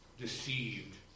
deceived